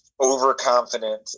overconfident